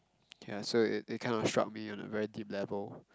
ya so th~ they kind of struck me on a very deep level